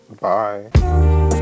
bye